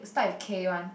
start with K one